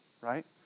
right